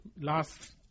Last